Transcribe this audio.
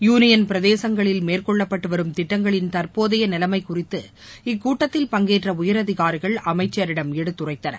union பிரதேசங்களில் மேற்கொள்ளப்பட்டு வரும் திட்டங்களின் தற்போதைய நிலைமை குறித்து இக்கூட்டத்தில் பங்கேற்ற உயர் அதிகாரிகள் அமைச்சரிடம் எடுத்துரைத்தனர்